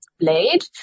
blade